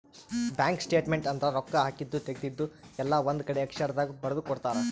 bank statement ಅಂದ್ರ ರೊಕ್ಕ ಹಾಕಿದ್ದು ತೆಗ್ದಿದ್ದು ಎಲ್ಲ ಒಂದ್ ಕಡೆ ಅಕ್ಷರ ದಾಗ ಬರ್ದು ಕೊಡ್ತಾರ